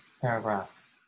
paragraph